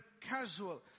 casual